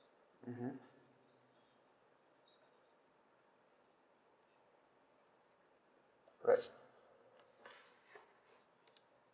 mmhmm right